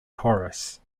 tourists